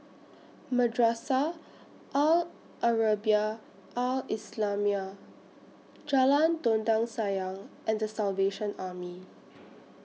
Madrasah Al Arabiah Al Islamiah Jalan Dondang Sayang and The Salvation Army